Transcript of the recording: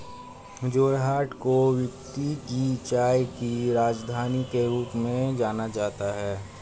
जोरहाट को विश्व की चाय की राजधानी के रूप में जाना जाता है